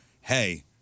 hey